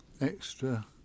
extra